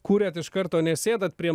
kuriat iš karto nesėdat prie